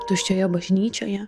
tuščioje bažnyčioje